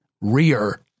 rear